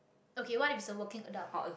okay what if it's a working adult